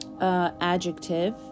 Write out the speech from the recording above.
adjective